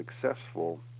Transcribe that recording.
successful